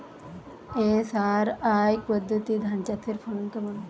SRI পদ্ধতি ধান চাষের ফলন কেমন?